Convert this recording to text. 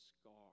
scar